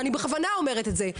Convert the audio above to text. ואני בכוונה אומרת את זה,